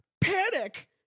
Panic